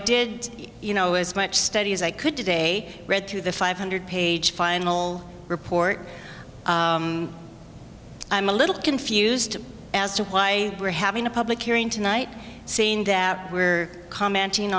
did you know as much study as i could today read through the five hundred page final report i'm a little confused as to why we're having a public hearing tonight saying that we're commenting